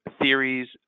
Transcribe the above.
theories